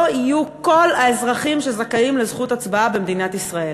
יהיו כל האזרחים שזכאים לזכות הצבעה במדינת ישראל.